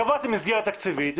קבעתם מסגרת תקציבית.